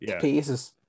pieces